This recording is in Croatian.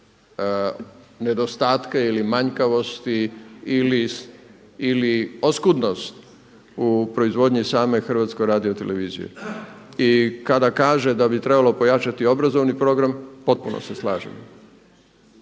nedostatke ili manjkavosti ili oskudnost u proizvodnji same HRT-a. I kada kaže da bi trebalo pojačati obrazovni program potpuno se slažem.